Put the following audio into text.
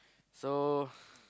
so